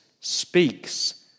speaks